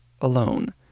alone